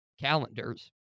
calendars